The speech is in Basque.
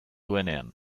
duenean